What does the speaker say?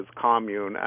commune